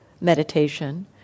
meditation